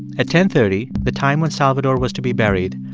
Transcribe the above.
at ten thirty, the time when salvador was to be buried,